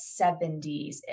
70s